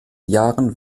jahren